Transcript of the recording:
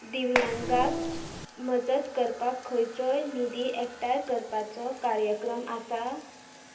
दिव्यांगांक मजत करपाक खंयचोय निधी एकठांय करपाचो कार्यक्रम आसा